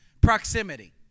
Proximity